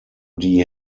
die